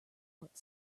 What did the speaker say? but